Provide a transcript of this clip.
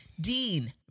Dean